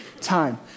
time